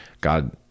God